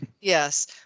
yes